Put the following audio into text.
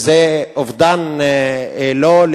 וזה אובדן לו,